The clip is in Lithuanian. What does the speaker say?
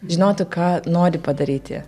žinotų ką nori padaryti